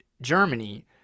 Germany